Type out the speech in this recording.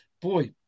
Boy